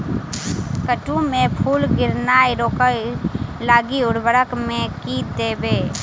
कद्दू मे फूल गिरनाय रोकय लागि उर्वरक मे की देबै?